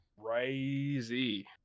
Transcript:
crazy